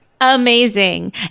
amazing